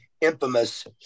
infamous